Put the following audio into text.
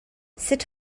sut